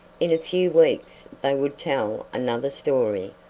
in a few weeks they would tell another story,